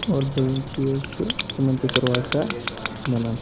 اور دٔیِم چیٖز چھُ تِمَن تہِ چھُ روزگار مِلان